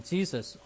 Jesus